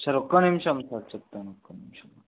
sir ఒక్క నిమిషం sir చెప్తాను ఒక్క నిమిషం